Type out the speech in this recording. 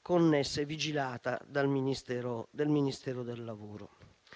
connessa e vigilata dal Ministero del lavoro